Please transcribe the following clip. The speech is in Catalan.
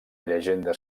llegenda